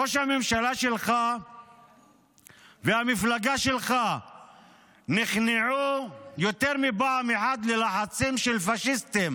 ראש הממשלה שלך והמפלגה שלך נכנעו יותר מפעם אחת ללחצים של פשיסטים